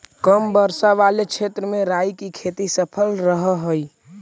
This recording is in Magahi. कम वर्षा वाले क्षेत्र में राई की खेती सफल रहअ हई